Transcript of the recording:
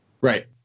Right